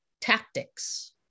tactics